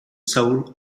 soul